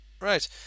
Right